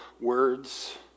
words